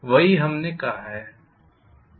वही हमने कहा है